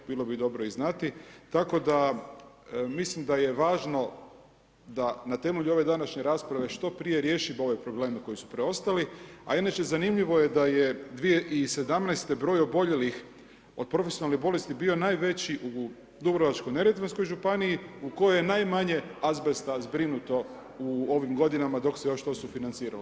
Bilo bi dobro ih znati tako da mislim da je važno da na temelju ove današnje rasprave što prije riješimo ove probleme koji su preostali a inače zanimljivo je da je 2017. broj oboljelih od profesionalnih bolesti bio najveći u Dubrovačko-neretvanskoj županiji u kojoj je najmanje azbesta zbrinuto u ovim godinama dok se još to sufinanciralo.